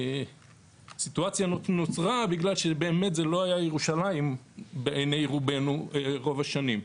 הסיטואציה נוצרה בגלל שבאמת זה לא היה ירושלים בעיניי רובנו רוב השנים,